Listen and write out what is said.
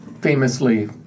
famously